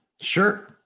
Sure